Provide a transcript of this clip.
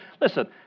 Listen